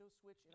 Switch